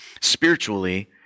spiritually